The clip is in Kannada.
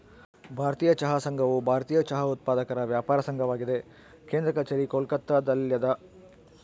ಭಾರತೀಯ ಚಹಾ ಸಂಘವು ಭಾರತೀಯ ಚಹಾ ಉತ್ಪಾದಕರ ವ್ಯಾಪಾರ ಸಂಘವಾಗಿದೆ ಕೇಂದ್ರ ಕಛೇರಿ ಕೋಲ್ಕತ್ತಾದಲ್ಯಾದ